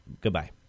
Goodbye